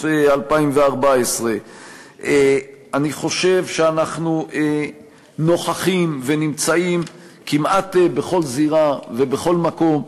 2014. אני חושב שאנחנו נוכחים ונמצאים כמעט בכל זירה ובכל מקום,